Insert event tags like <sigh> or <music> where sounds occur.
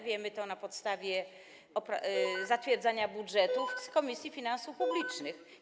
Wiemy to na podstawie <noise> zatwierdzania budżetów w Komisji Finansów Publicznych.